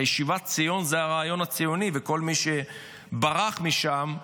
הרי שיבת ציון זה הרעיון הציוני, וכל מי שברח משם,